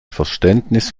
verständnis